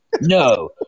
No